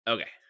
Okay